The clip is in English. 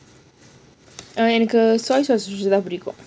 எனக்கு:enakku soy sauce புடிக்கும்:pudikkum